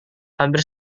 hampir